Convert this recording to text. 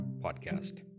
podcast